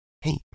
Hey